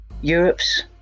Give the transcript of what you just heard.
Europe's